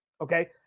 okay